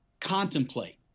contemplate